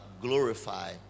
glorify